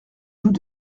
joues